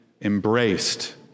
embraced